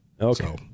Okay